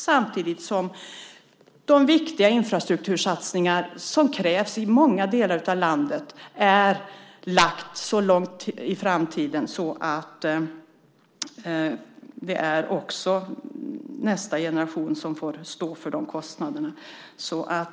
Sedan, eftersom de viktiga infrastruktursatsningar som krävs i många delar av landet ligger så långt bort i framtiden, blir det nästa generation som får stå för de kostnaderna också.